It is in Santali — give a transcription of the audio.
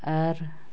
ᱟᱨ